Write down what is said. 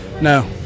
No